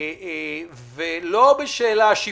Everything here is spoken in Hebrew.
הציבור ולא בשאלה שיווקית.